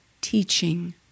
teaching